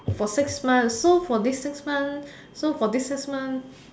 for six months so for these six months so for these six months